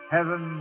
Heaven